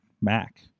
Mac